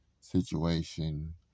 situation